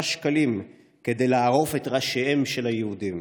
שקלים כדי לערוף את ראשיהם של היהודים.